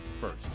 first